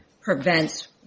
prevents